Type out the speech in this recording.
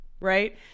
right